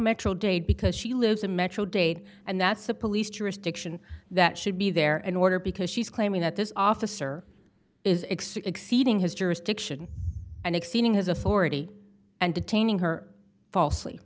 metro dade because she lives in metro dade and that's a police jurisdiction that should be there an order because she's claiming that this officer is extra exceeding his jurisdiction and exceeding his authority and detaining her falsely